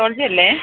സോൾജ്യല്ലെ